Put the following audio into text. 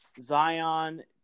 Zion